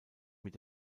mit